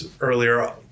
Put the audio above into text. earlier